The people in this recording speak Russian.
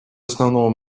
основного